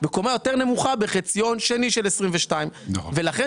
וקומה יותר נמוכה בחציון שני 22'. ולכן,